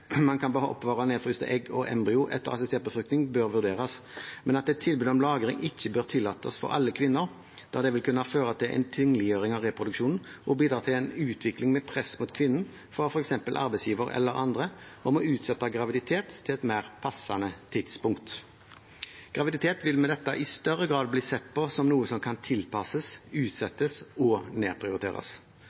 man kan oppbevare nedfryste egg og embryo etter assistert befruktning, bør vurderes, men at et tilbud om lagring ikke bør tillates for alle kvinner, da det vil kunne føre til en tingliggjøring av reproduksjonen og bidra til en utvikling med press mot kvinnen fra f.eks. arbeidsgiver eller andre om å utsette graviditeten til et mer «passende» tidspunkt. Graviditet vil med dette i større grad bli sett på som noe som kan tilpasses, utsettes og nedprioriteres.